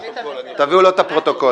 תביאו לו את הפרוטוקול.